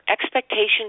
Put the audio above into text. expectations